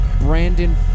Brandon